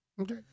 Okay